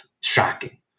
Shocking